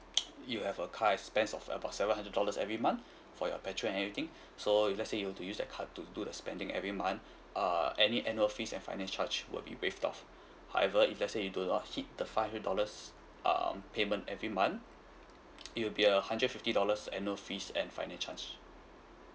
you have a car expense of about seven hundred dollars every month for your petrol and everything so if let say you want to use that card to do the spending every month uh any annual fees and finance charge will be waived off however if let say you do not hit the five hundred dollars um payment every month it will be a hundred fifty dollars annual fees and finance charge